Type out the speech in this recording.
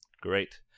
Great